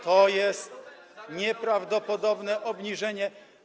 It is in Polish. To jest nieprawdopodobne obniżenie.